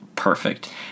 perfect